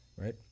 right